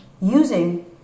using